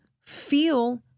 feel